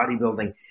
bodybuilding